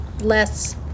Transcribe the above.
less